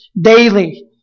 daily